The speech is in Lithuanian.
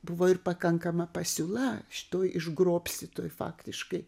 buvo ir pakankama pasiūla šitoj išgrobstytoj faktiškai